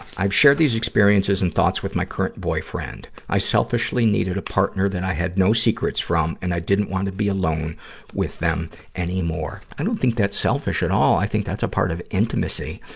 i've shared these experiences and thoughts with my current boyfriend. i selfishly needed a partner that i had no secrets from, and i didn't want to be alone with them anymore. i don't think that's selfish at all i think that's a part of intimacy.